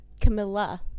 camilla